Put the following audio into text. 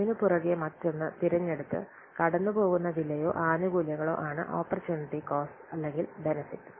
ഒന്നിനുപുറകെ മറ്റൊന്ന് തിരഞ്ഞെടുത്ത് കടന്നുപോകുന്ന വിലയോ ആനുകൂല്യങ്ങളോ ആണ് ഓപ്പര്ച്ചുനിടി കോസ്റ്റ് അല്ലെങ്കിൽ ബെനെഫിറ്റ്